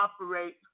operate